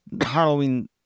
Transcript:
Halloween